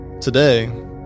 Today